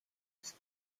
ist